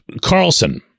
Carlson